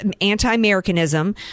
anti-Americanism